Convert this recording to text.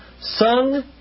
sung